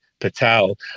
Patel